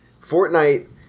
Fortnite